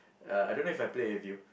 uh I don't know if I played with you